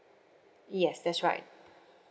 yes that's right